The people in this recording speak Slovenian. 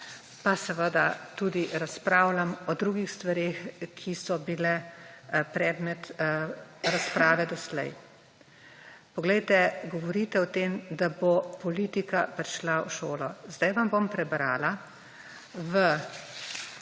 Pa seveda, tudi razpravljam o drugih stvareh, ki so bile predmet razprave doslej. Poglejte, govorite o tem, da bo politika prišla v šolo. Zdaj vam bom prebrala del